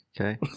Okay